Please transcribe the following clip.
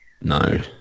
No